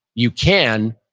you can,